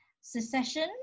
secession